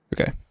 okay